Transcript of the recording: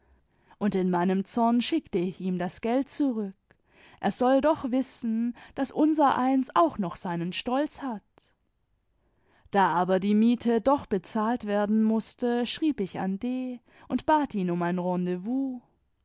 und in meinem zorn schickte ich ihm das geld zurück er soll doch wissen daß unsereins auch noch seinen stolz hat da aber die miete doch bezahlt werden mußte schrieb ich an d und bat ihn um ein